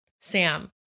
Sam